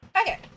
Okay